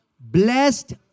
blessed